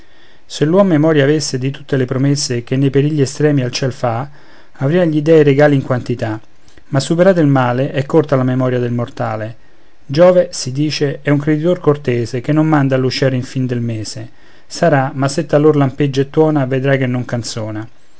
e il navigante se l'uom memoria avesse di tutte le promesse che nei perigli estremi al cielo fa avrian gli dèi regali in quantità ma superato il male è corta la memoria del mortale giove si dice è un creditor cortese che non manda l'uscier in fin del mese sarà ma se talor lampeggia e tuona vedrai che non canzona